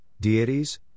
deities